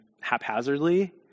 haphazardly